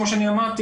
כמו שאני אמרתי,